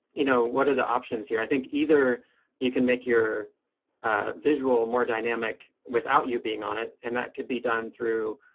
you know, what are the options here? i think either you can make your visual more dynamic without you being on it. and that could be done through